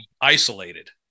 isolated